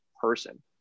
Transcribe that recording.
person